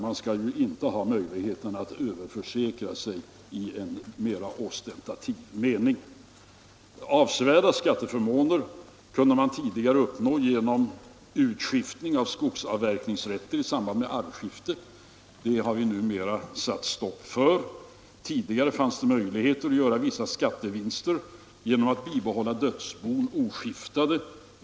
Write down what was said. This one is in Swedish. Man skall inte ha möjlighet att överförsäkra sig på ett mera ostentativt sätt. Avsevärda skatteförmåner kunde tidigare uppnås genom utskiftning av skogsavverkningsrätter i samband med arvskifte. Det har vi numera satt stopp för. Tidigare fanns möjlighet att göra vissa skattevinster genom att bibehålla dödsbon oskiftade.